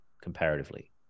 comparatively